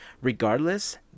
Regardless